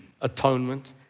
atonement